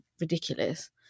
ridiculous